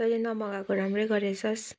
तैँले नमगाएको राम्रै गरिछस्